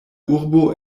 urbo